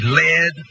led